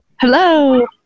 Hello